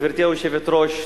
גברתי היושבת-ראש,